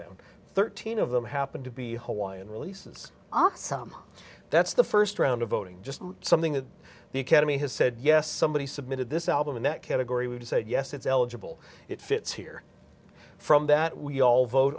them thirteen of them happened to be hawaiian releases on some that's the first round of voting just something that the academy has said yes somebody submitted this album in that category would say yes it's eligible it fits here from that we all vote